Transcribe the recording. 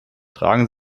tragen